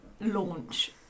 launch